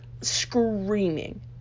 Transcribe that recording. screaming